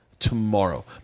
Tomorrow